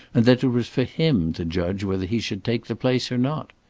and that it was for him to judge whether he should take the place or not.